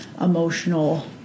emotional